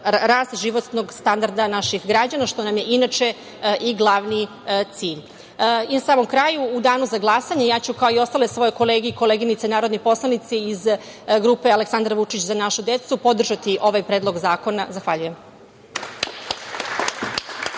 rast životnog standarda naših građana što nam je inače i glavni cilj. Na samom kraju, u danu za glasanje ja ću, kao i ostale svoje kolege i koleginice narodni poslanici, iz grupe Aleksandar Vučić – Za našu decu, podržati ovaj predlog zakona. Zahvaljujem.